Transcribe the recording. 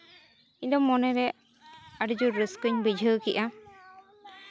ᱤᱧᱫᱚ ᱢᱚᱱᱮᱨᱮ ᱟᱹᱰᱤᱡᱳᱨ ᱨᱟᱹᱥᱠᱟᱹᱧ ᱵᱩᱡᱷᱟᱹᱣ ᱠᱮᱜᱼᱟ